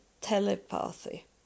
telepathy